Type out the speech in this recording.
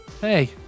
Hey